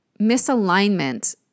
misalignment